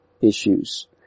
issues